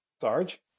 Sarge